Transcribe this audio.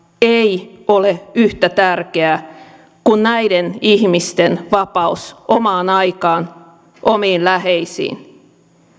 ei ole yhtä tärkeä kuin näiden ihmisten vapaus omaan aikaan omiin läheisiin